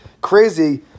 crazy